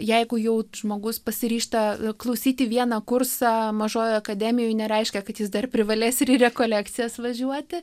jeigu jau žmogus pasiryžta klausyti vieną kursą mažojoje akademijoj nereiškia kad jis dar privalės ir į rekolekcijas važiuoti